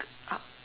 uh